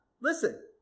listen